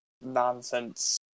nonsense